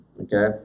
Okay